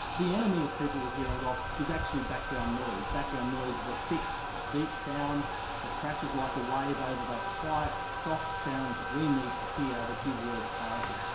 the enemy of people with hearing loss is actually background noise. background noise is a thick deep sound that crashes like a wave over the quiet soft sounds that we need to hear that give words clarity.